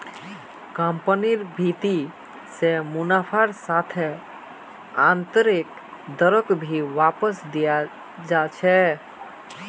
कम्पनिर भीति से मुनाफार साथ आन्तरैक दरक भी वापस दियाल जा छे